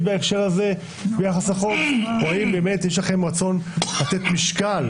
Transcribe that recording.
בהקשר הזה ביחס לחוק או האם באמת יש לכם רצון לתת משקל